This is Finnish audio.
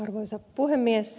arvoisa puhemies